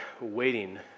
waiting